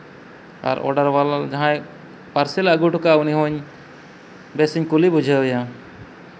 order ᱵᱟᱞᱟ ᱡᱟᱦᱟᱸᱭ ᱯᱟᱨᱥᱮᱹᱞᱮ ᱟᱹᱜᱩ ᱦᱚᱴᱚ ᱠᱟᱜᱼᱟ ᱩᱱ ᱦᱚᱧ ᱵᱮᱥᱤᱧ ᱠᱩᱞᱤ ᱵᱩᱡᱷᱟᱹᱣᱮᱭᱟ